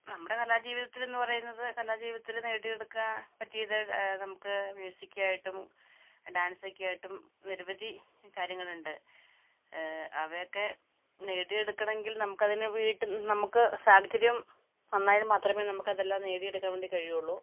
നമ്മുടെ കലാജീവിതത്തില് എന്ന് പറയുന്നത് കലാജീവിതത്തില് നേടിയെടുക്കാൻ പറ്റിയത് നമുക്ക് മ്യൂസിക്കായിട്ടും ഡാൻസൊക്കെയായിട്ടും നിരവധി കാര്യങ്ങള് ഉണ്ട് അവയൊക്കെ നേടിയെടുക്കണമെങ്കിൽ നമുക്കതിന് വീട്ടിൽ നമുക്ക് സാഹചര്യം നന്നായാൽ മാത്രമേ നമുക്കതെല്ലാം നേടിയെടുക്കാൻ വേണ്ടി കഴിയുള്ളൂ